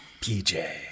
PJ